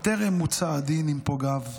וטרם מוצה הדין עם פוגעיו,